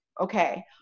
okay